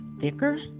thicker